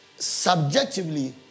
subjectively